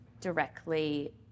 directly